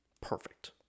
perfect